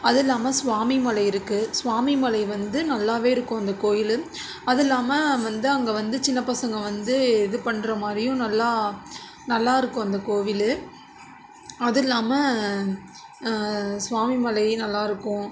அது இல்லாமல் சுவாமிமலை இருக்குது சுவாமிமலை வந்து நல்லாவே இருக்கும் அந்த கோவில் அதுவும் இல்லாமல் வந்து அங்கே வந்து சின்ன பசங்க வந்து இது பண்ற மாதிரியும் நல்லா நல்லா இருக்கும் அந்த கோவில் அது இல்லாமல் சுவாமிமலை நல்லா இருக்கும்